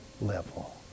level